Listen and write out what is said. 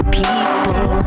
people